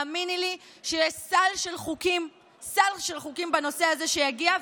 האמיני לי שיש סל של חוקים בנושא הזה שיגיע,